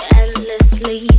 endlessly